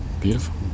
Beautiful